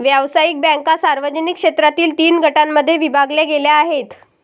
व्यावसायिक बँका सार्वजनिक क्षेत्रातील तीन गटांमध्ये विभागल्या गेल्या आहेत